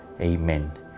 Amen